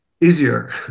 easier